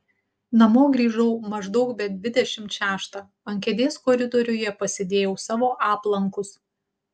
namo grįžau maždaug be dvidešimt šeštą ant kėdės koridoriuje pasidėjau savo aplankus